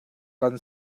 kan